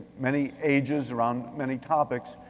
many ages around many topics,